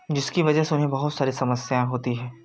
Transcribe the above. जिसकी वजह से उन्हें बहुत सारी समस्याएँ होती हैं